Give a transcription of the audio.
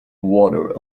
water